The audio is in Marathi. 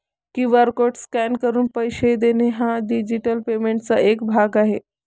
क्यू.आर कोड स्कॅन करून पैसे देणे हा डिजिटल पेमेंटचा एक भाग आहे